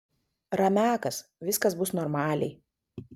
ramiakas viskas bus normaliai